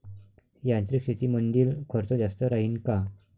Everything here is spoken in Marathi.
यांत्रिक शेतीमंदील खर्च जास्त राहीन का?